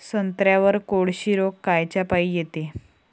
संत्र्यावर कोळशी रोग कायच्यापाई येते?